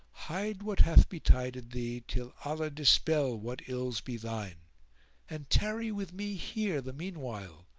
hide what hath betided thee, till allah dispel what ills be thine and tarry with me here the meanwhile,